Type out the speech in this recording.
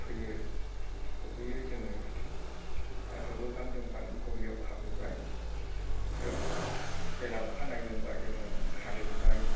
फैयो सौफैयो जोङो दा होबोखां दुमखां गलिआव खाफैबाय ग्रोब जेला अखानायो होमबा जोङो हालेवबाय